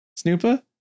Snoopa